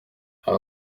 aba